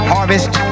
Harvest